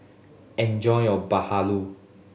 enjoy your bahalu